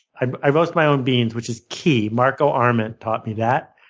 i roast my own beans, which is key. marco arment taught me that.